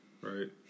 right